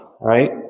right